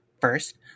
First